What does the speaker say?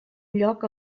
lloc